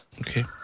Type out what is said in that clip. Okay